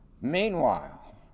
Meanwhile